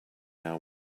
are